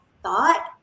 thought